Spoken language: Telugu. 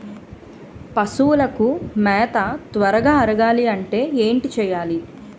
పశువులకు మేత త్వరగా అరగాలి అంటే ఏంటి చేయాలి?